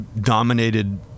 dominated